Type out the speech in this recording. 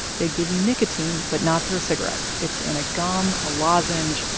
they give you nicotine, but not through a cigarette. it's in a gum, a lozenge,